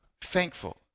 thankful